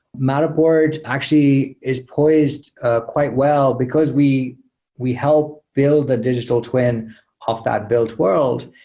matterport actually is poised ah quite well because we we help build a digital twin of that built world.